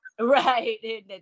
Right